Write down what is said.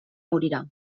morirà